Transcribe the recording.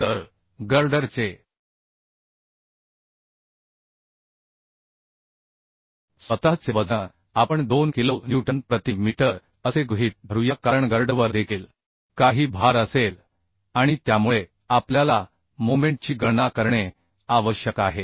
तर गर्डरचे स्वतः चे वजन आपण 2 किलो न्यूटन प्रति मीटर असे गृहीत धरूया कारण गर्डरवर देखील काही भार असेल आणि त्यामुळे आपल्याला मोमेंटची गणना करणे आवश्यक आहे